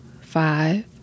five